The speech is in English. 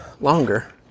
longer